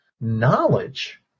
knowledge